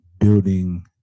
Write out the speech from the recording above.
building